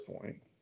point